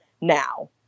now